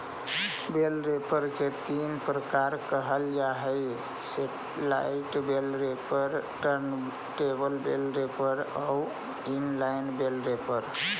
बेल wrapper के तीन प्रकार कहल जा हई satellite bale wrapper, turntable bale wrapper आउ इन लाइन बेल रैपर